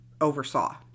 oversaw